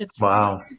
Wow